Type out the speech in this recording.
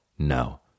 No